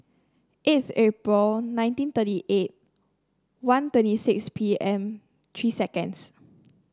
eighth April nineteen thirty eight one twenty six P M three seconds